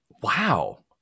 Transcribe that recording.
Wow